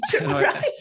right